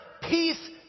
peace